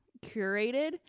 curated